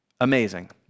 amazing